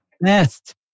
best